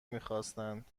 میخواستند